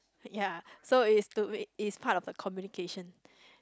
ya so it's to it it's part of the communication